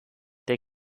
der